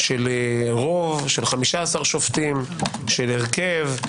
של רוב, של 15 שופטים, של הרכב.